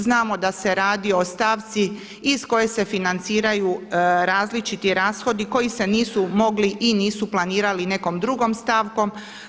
Znamo da se radio o stavci iz koje se financiraju različiti rashodi koji se nisu mogli i nisu planirali nekom drugom stavkom.